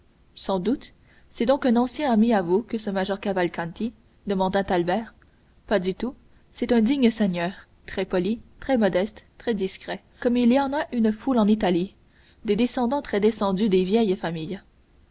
sans doute c'est donc un ancien ami à vous que ce major cavalcanti demanda albert pas du tout c'est un digne seigneur très poli très modeste très discret comme il y en a une foule en italie des descendants très descendus des vieilles familles